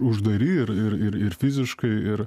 uždari ir ir ir fiziškai ir